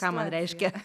ką man reiškia